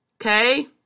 okay